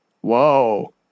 Whoa